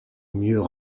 mieux